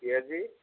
ପିଆଜି